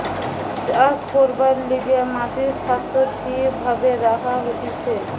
চাষ করবার লিগে মাটির স্বাস্থ্য ঠিক ভাবে রাখা হতিছে